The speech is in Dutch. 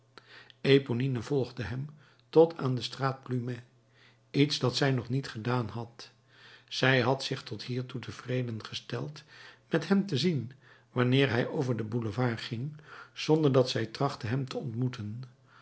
eponine volgde hem tot aan de straat plumet iets dat zij nog niet gedaan had zij had zich tot hiertoe tevreden gesteld met hem te zien wanneer hij over den boulevard ging zonder dat zij trachtte hem te ontmoeten